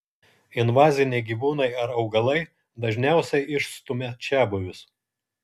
invaziniai gyvūnai ar augalai dažniausiai išstumia čiabuvius